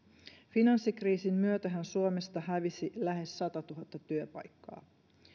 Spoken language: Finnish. finanssikriisin myötähän suomesta hävisi lähes satatuhatta työpaikkaa